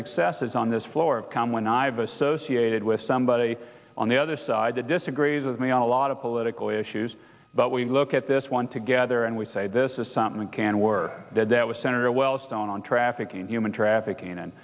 success is on this floor of calm when i've associated with somebody on the other side that disagrees with me on a lot of political issues but we look at this one together and we say this is something that can were dead that was senator wellstone on trafficking human traffic